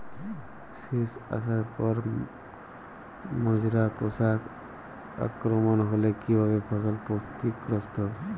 শীষ আসার পর মাজরা পোকার আক্রমণ হলে কী ভাবে ফসল ক্ষতিগ্রস্ত?